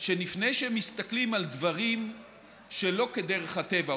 שלפני שמסתכלים על דברים שלא כדרך הטבע,